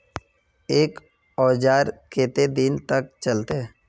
एक औजार केते दिन तक चलते?